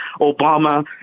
Obama